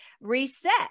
reset